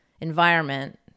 environment